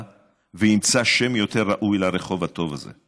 וימצא שם יותר ראוי לרחוב הטוב הזה.